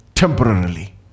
temporarily